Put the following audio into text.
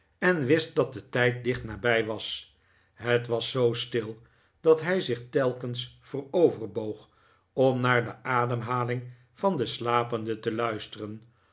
en wist dat de tijd dicht nabij was het was zoo stil dat hij zich telkens voorover boog om naar de ademhaling van den slapende te luisteren